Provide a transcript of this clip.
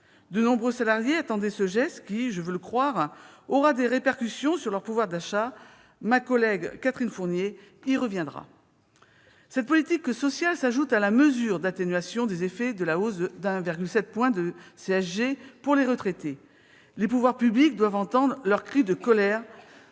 De nombreux salariés attendaient ce geste, qui, je veux le croire, aura des répercussions sur leur pouvoir d'achat. Ma collègue Catherine Fournier y reviendra. Cette politique sociale s'ajoute à la mesure d'atténuation des effets de la hausse de 1,7 point de CSG pour les retraités. Les pouvoirs publics doivent entendre leur cri de colère